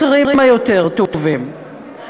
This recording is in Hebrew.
טיבי, והיא תובא גם במהדורה הזאת במליאה.